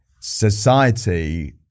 society